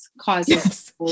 Causes